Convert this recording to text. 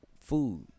food